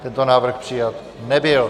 Tento návrh přijat nebyl.